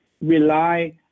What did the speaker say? rely